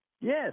Yes